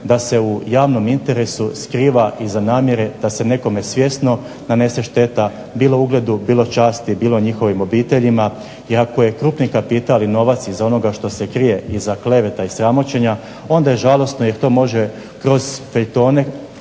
da se u javnom interesu skriva iza namjere da se nekome štetno nanese šteta bilo ugledu bilo časti, bilo njihovim obiteljima, iako je krupni kapital i novac iza onoga što se krije iza kleveta i sramoćenja onda je žalosno jer to može kroz novine